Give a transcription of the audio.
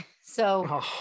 So-